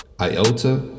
iota